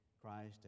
Christ